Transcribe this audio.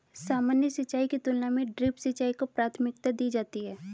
सामान्य सिंचाई की तुलना में ड्रिप सिंचाई को प्राथमिकता दी जाती है